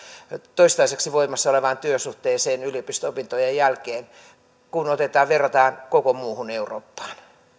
toistaiseksi voimassa olevaan työsuhteeseen yliopisto opintojen jälkeen kun verrataan koko muuhun eurooppaan